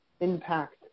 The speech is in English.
impact